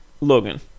Logan